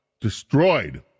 destroyed